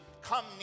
come